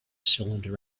cylinder